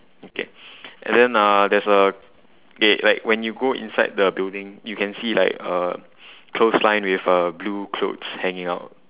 okay and then uh there's a okay like when you go inside the building you can see like uh clothesline with uh blue clothes hanging out